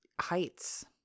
heights